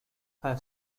her